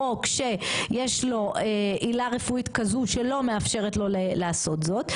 או כשיש לו עילה רפואית כזו שלא מאפשרת לו לעשות זאת,